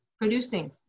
producing